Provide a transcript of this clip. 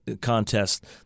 contest